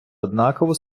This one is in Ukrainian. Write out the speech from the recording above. однакова